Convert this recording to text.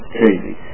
crazy